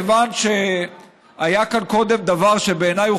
כיוון שהיה כאן קודם דבר שבעיניי הוא